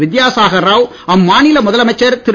வித்யாசாகர் ராவ் அம்மாநில முதலமைச்சர் திரு